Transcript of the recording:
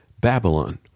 Babylon